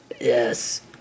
Yes